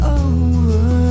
over